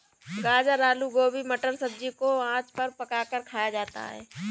गाजर आलू गोभी मटर सब्जी को आँच पर पकाकर खाया जाता है